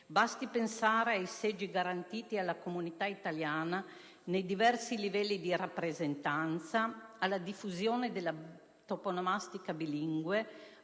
basti pensare ai seggi garantiti alla comunità italiana nei diversi livelli di rappresentanza, alla diffusione della toponomastica bilingue,